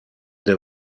del